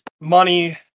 money